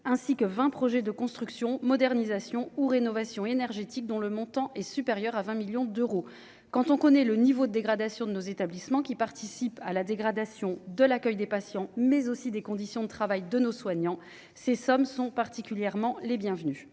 ainsi que 20 projets de construction modernisation ou rénovation énergétique dont le montant est supérieur à 20 millions d'euros quand on connaît le niveau de dégradation de nos établissements qui participent à la dégradation de l'accueil des patients, mais aussi des conditions de travail de nos soignants, ces sommes sont particulièrement les bienvenues,